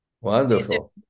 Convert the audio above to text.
Wonderful